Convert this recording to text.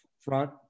front